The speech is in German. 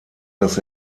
dass